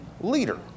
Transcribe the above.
leader